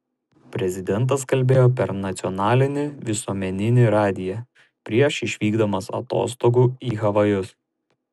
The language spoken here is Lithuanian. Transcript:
prezidentas kalbėjo per nacionalinį visuomeninį radiją prieš išvykdamas atostogų į havajus